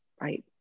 right